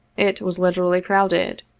it was literally crowded.